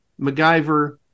MacGyver